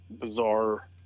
bizarre